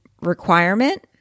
requirement